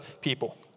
people